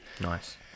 Nice